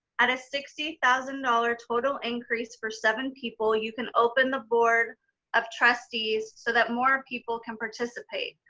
at a sixty thousand dollars total increase for seven people, you can open the board of trustees so that more people can participate.